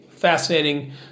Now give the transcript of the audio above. Fascinating